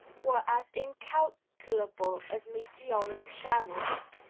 were as incalculable as meteoric showers?